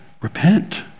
repent